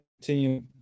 continue